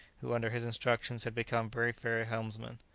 who under his instructions had become very fair helmsmen.